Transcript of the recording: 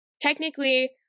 technically